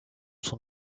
son